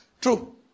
True